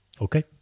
okay